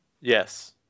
Yes